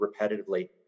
repetitively